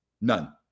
None